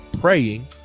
praying